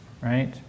right